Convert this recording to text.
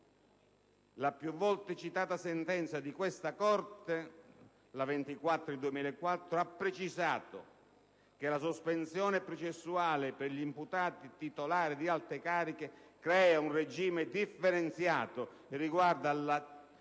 La più volte citata sentenza di questa Corte n. 24 del 2004 ha precisato (...) che la sospensione processuale per gli imputati titolari di alte cariche "crea un regime differenziato riguardo all'esercizio